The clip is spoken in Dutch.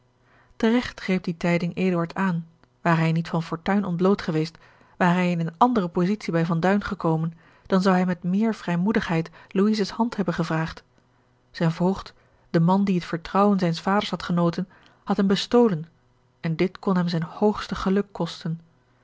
teregt greep die tijding eduard aan ware hij niet van fortuin ontbloot geweest ware hij in eene andere positie bij van duin gekomen dan zou hij met meer vrijmoedigheid louises hand hebben gevraagd zijn voogd de man die het vertrouwen zijns vaders had genoten had hem bestolen en dit kon hem zijn hoogste geluk kosten